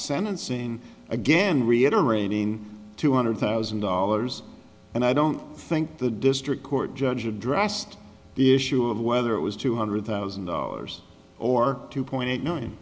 sentencing again reiterating two hundred thousand dollars and i don't think the district court judge addressed the issue of whether it was two hundred thousand dollars or two point